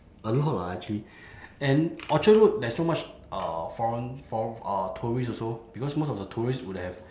a lot lah actually and orchard road there's not much uh foreign foreign uh tourist also because most of the tourist would have